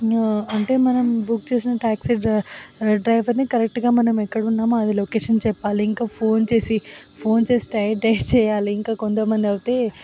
అంటే మనం బుక్ చేసిన ట్యాక్సీ డ్రైవర్ని కరెక్ట్గా మనం ఎక్కడున్నామో అది లొకేషన్ చెప్పాలి ఇంకా ఫోన్ చేసి ఫోన్ చేసి టైట్ టైట్ చేయాలి ఇంకా కొంత మంది అయితే